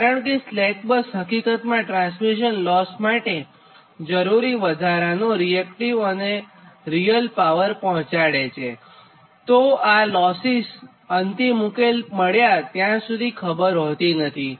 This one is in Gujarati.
કારણ કેસ્લેક બસ હકીકતમાં ટ્રાન્સમિશન લોસ માટે જરૂરી વધારાનો રીયલ અને રીએક્ટીવ પાવર પહોંચાડે છે અને આ લોસિસ અંતિમ ઉકેલ મળ્યા સુધી ખબર હોતી નથી